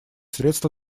средства